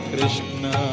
Krishna